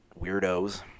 weirdos